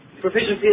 Proficiency